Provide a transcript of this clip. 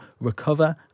recover